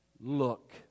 look